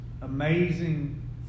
amazing